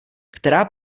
která